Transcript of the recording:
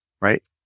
right